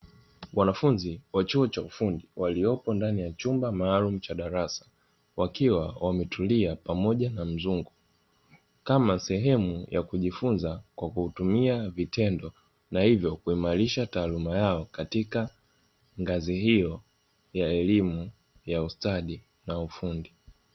Wanafunzi wa chuo cha ufundi waliopo ndani ya chumba maalumu cha darasa wakiwa wametulia pamoja na mzungu, kama sehemu ya kujifunza kwa kutumia vitendo na hivyo kuimarisha taaluma yao katika ngazi hiyo ya elimu ya ustadi na ufundi.